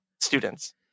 students